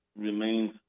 remains